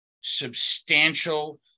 substantial